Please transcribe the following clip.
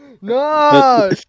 No